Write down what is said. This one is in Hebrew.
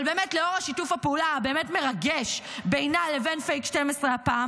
אבל לאור שיתוף הפעולה המרגש באמת בינה לבין פייק 12 הפעם,